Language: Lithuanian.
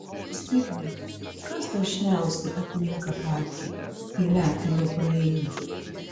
zbignevai kas dažniausiai apninka patį kai metai jau praeina